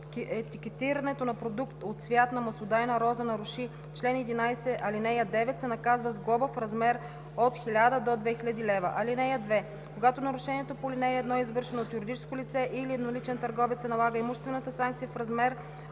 етикетирането на продукт от цвят на маслодайна роза наруши чл. 11, ал. 9, се наказва с глоба в размер от 1000 до 2000 лв. (2) Когато нарушението по ал. 1 е извършено от юридическо лице или едноличен търговец, се налага имуществена санкция в размер